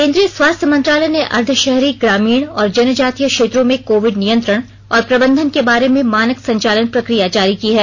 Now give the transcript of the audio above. केन्द्रीय स्वास्थ्य मंत्रालय ने अर्द्धशहरी ग्रामीण और जनजातीय क्षेत्रों में कोविड नियंत्रण और प्रबंधन के बारे में मानक संचालन प्रक्रिया जारी की है